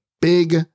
big